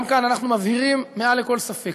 גם כאן אנחנו מבהירים מעל לכל ספק: